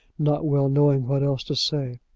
not well knowing what else to say.